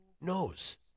knows